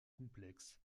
complexe